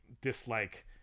dislike